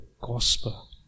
Gospel